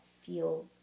feel